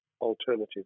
alternative